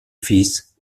fils